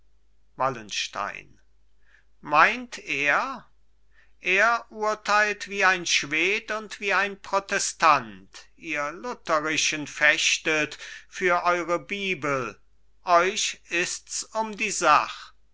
wallenstein meint er er urteilt wie ein schwed und wie ein protestant ihr lutherischen fechtet für eure bibel euch ists um die sach